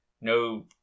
no